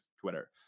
Twitter